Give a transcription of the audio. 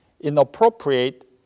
inappropriate